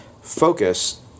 focus